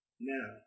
Now